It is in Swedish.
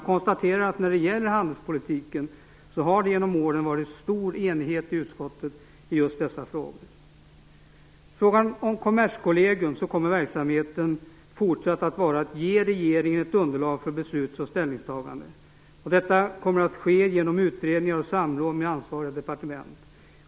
När det gäller handelspolitiken har det genom åren varit stor enighet i utskottet i just dessa frågor. I fråga om Kommerskollegium kommer dess verksamhet fortsatt att vara att ge regeringen ett underlag för beslut och ställningstagande. Detta kommer att ske genom utredningar och samråd med ansvariga departement.